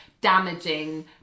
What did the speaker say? damaging